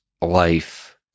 life